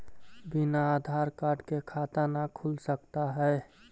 बिना आधार कार्ड के खाता न खुल सकता है?